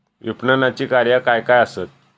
विपणनाची कार्या काय काय आसत?